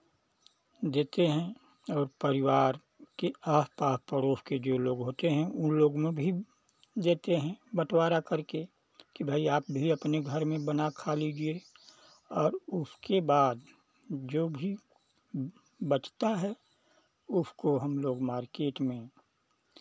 देते हैं और परिवार के आस पास पड़ोस के जो लोग होते हैं उन लोग में भी देते हैं बँटवारा करके कि भाई आप भी अपने घर में बना खा लीजिए और उसके बाद जो भी बचता है उसको हम लोग मार्केट में